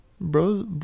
Bro